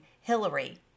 Hillary